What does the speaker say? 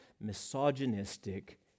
misogynistic